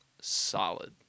solid